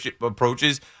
approaches